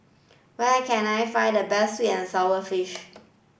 where can I find the best sweet and sour fish